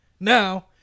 Now